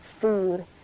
food